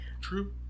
True